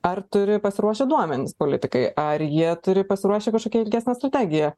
ar turi pasiruošę duomenis politikai ar jie turi pasiruošę kažkokią ilgesnę strategiją